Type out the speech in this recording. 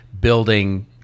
building